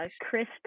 crisp